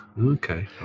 okay